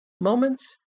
moments